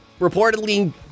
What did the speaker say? reportedly